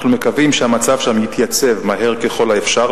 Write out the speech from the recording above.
אנחנו מקווים שהמצב שם יתייצב מהר ככל האפשר,